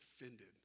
offended